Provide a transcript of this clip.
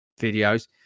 videos